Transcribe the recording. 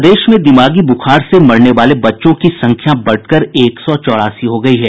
प्रदेश में दिमागी बुखार से मरने वाले बच्चों की संख्या बढ़कर एक सौ चौरासी हो गयी है